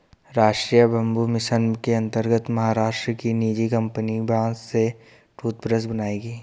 राष्ट्रीय bamboo mission के अंतर्गत महाराष्ट्र की निजी कंपनी बांस से टूथब्रश बनाएगी